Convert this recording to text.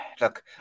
look